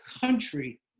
country